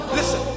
Listen